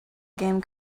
game